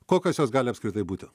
kokios jos gali apskritai būti